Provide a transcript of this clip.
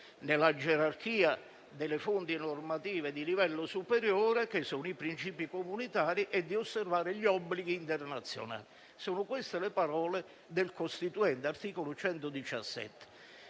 della gerarchia delle fonti normative di livello superiore, che sono i principi comunitari, e di osservare gli obblighi internazionali. Sono queste le parole del Costituente, all'articolo 117.